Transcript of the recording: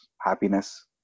happiness